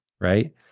right